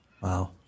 Wow